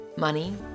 Money